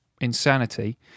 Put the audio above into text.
insanity